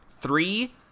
three